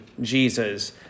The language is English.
Jesus